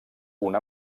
una